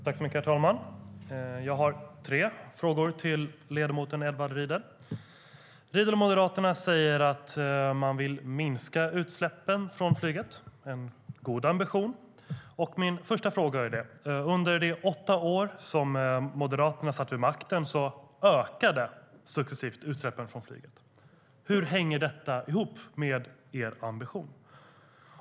Herr talman! Jag har tre frågor till ledamoten Edward Riedl. Riedl och Moderaterna säger att de vill minska utsläppen från flyget, vilket är en god ambition. Under de åtta år som Moderaterna satt vid makten ökade utsläppen successivt från flyget. Min första fråga är: Hur hänger detta ihop med er ambition?